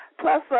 Plus